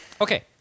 Okay